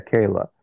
Kayla